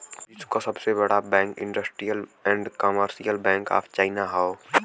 विश्व क सबसे बड़ा bank Industrial and Commercial Bank of China हौ